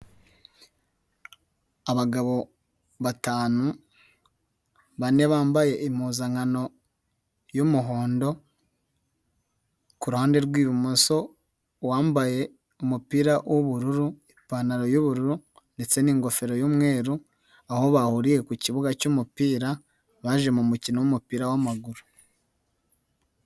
Abagabo batanu, bane bambaye impuzankano y'umuhondo, ku ruhande rw'ibumoso uwambaye umupira w'ubururu, ipantaro y'ubururu ndetse n'ingofero y'umweru, aho bahuriye ku kibuga cy'umupira, baje mu mukino w'umupira w'amaguru.